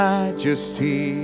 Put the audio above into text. Majesty